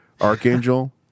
Archangel